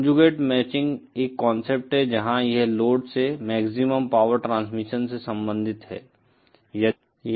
conjugate matching एक concept है जहां यह लोड से मैक्सिमम पावर ट्रांसफर से संबंधित है